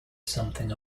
something